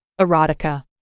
erotica